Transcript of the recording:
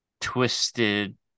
twisted